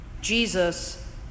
Jesus